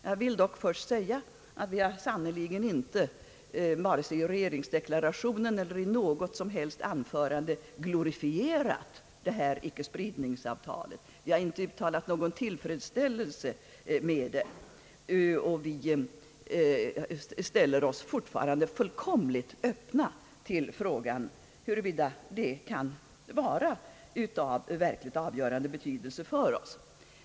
Jag vill dock först framhålla att vi sannerligen inte, vare sig i regeringsdeklarationen eller i något anförande, glorifierat icke-spridningsavtalet. Vi har inte uttalat någon tillfredsställelse med avtalet, och vi ställer oss fortfarande helt öppna till frågan huruvida det kan vara av verkligt positiv betydelse för oss.